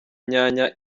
inyanya